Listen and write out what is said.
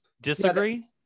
Disagree